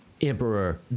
Emperor